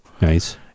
Nice